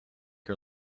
her